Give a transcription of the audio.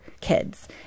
kids